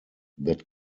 that